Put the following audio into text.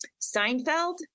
Seinfeld